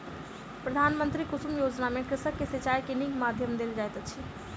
प्रधानमंत्री कुसुम योजना में कृषक के सिचाई के नीक माध्यम देल जाइत अछि